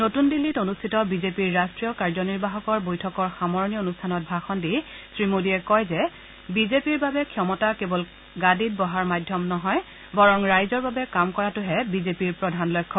নতুন দিল্লীত অনুষ্ঠিত বিজেপিৰ ৰাষ্ট্ৰীয় কাৰ্যনিৰ্বাহকৰ বৈঠকৰ সামৰণি অনুষ্ঠানিত ভাষণ দি শ্ৰীমোদীয়ে কয় যে কেৱল বিজেপিৰ বাবে ক্ষমতা কেৱল গাদীত বহাৰ মাধ্যম নহয় বৰং ৰাইজৰ বাবে কাম কৰাটোহে বিজেপিৰ প্ৰধান লক্ষ্য